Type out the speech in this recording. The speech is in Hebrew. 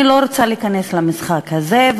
אני לא רוצה להיכנס למשחק הזה,